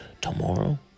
tomorrow